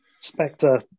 Spectre